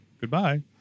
goodbye